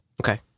Okay